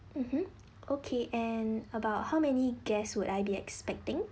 mmhmm okay and about how many guests would I be expecting